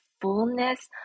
fullness